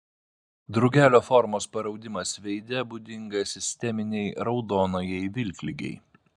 drugelio formos paraudimas veide būdingas sisteminei raudonajai vilkligei